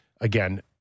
again